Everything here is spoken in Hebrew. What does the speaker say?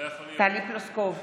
טלי פלוסקוב,